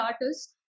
artists